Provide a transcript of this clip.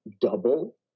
double